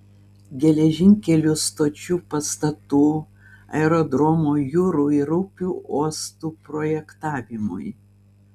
geležinkelių stočių pastatų aerodromų jūrų ir upių uostų projektavimui